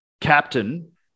captain